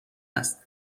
است